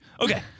Okay